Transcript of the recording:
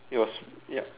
it was yup